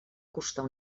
costar